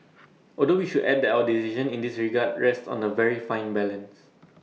although we should add that our decision in this regard rests on A very fine balance